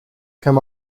come